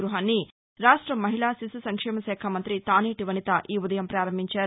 గృహాన్ని రాష్ట్ర మహిళా శిశు సంక్షేమ శాఖ మంతి తానేటి వనిత ఈ ఉదయం పారంభించారు